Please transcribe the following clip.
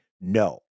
no